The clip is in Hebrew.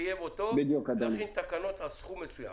חייב אותו להכין תקנות על סכום מסוים.